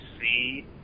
see